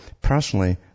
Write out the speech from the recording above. Personally